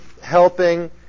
helping